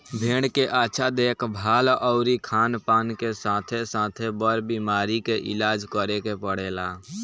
भेड़ के अच्छा देखभाल अउरी खानपान के साथे साथे, बर बीमारी के इलाज करे के पड़ेला